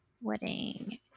Wedding